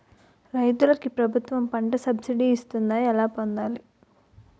రైతులకు ప్రభుత్వం పంట సబ్సిడీ ఇస్తుందా? ఎలా పొందాలి?